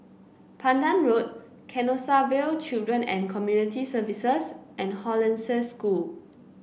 Pandan Road Canossaville Children and Community Services and Hollandse School